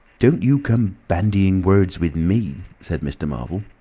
don't you come bandying words with me, said mr. marvel.